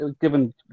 Given